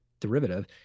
derivative